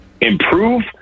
Improve